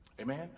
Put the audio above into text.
Amen